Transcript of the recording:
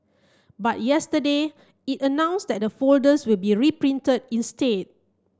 but yesterday it announced that the folders will be reprinted instead